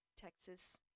Texas